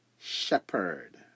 shepherd